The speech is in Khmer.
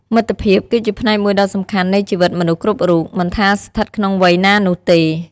មិត្តភាព គឺជាផ្នែកមួយដ៏សំខាន់នៃជីវិតមនុស្សគ្រប់រូប មិនថាស្ថិតក្នុងវ័យណានោះទេ។